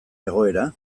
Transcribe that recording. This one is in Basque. egoera